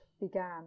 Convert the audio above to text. began